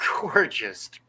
gorgeous